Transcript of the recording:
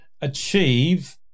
achieve